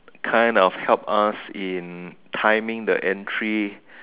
kind of help us in timing the entry